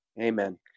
Amen